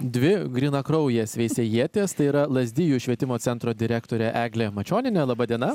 dvi grynakraujės veisiejietės tai yra lazdijų švietimo centro direktorė eglė mačionienė laba diena